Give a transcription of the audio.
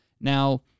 Now